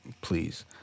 please